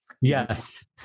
Yes